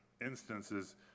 instances